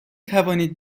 توانید